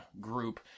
group